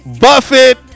Buffett